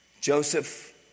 Joseph